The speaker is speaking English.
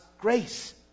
grace